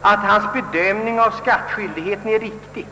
att hans bedömning av skattskyldigheten är riktig.